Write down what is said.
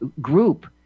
group